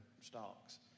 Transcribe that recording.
stocks